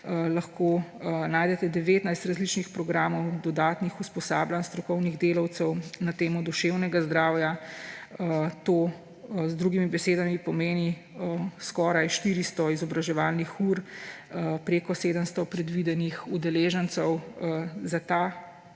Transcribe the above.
lahko najdete 19 različnih programov dodatnih usposabljanj strokovnih delavcev na temo duševnega zdravja. To z drugimi besedami pomeni skoraj 400 izobraževalnih ur, preko 700 predvidenih udeležencev za te